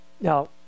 Now